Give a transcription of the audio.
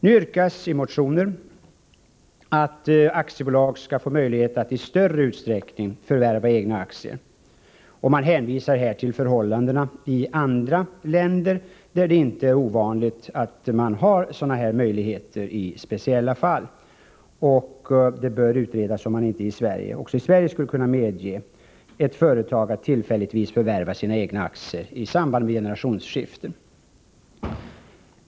Nu yrkas i motionen att aktiebolag skall få möjlighet att i större utsträckning förvärva egna aktier. Man hänvisar till förhållandena i andra länder, där det inte är ovanligt att sådana möjligheter finns i speciella fall, varför det bör utredas om man inte också i Sverige skulle kunna medge att ett företag tillfälligtvis förvärvar sina egna aktier i samband med generationsskifte.